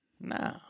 No